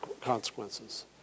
consequences